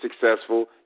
successful